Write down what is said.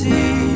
See